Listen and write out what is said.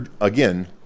again